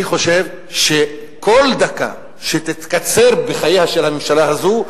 אני חושב שכל דקה שתתקצר בחייה של הממשלה הזאת,